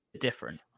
different